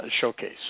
showcase